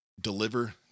deliver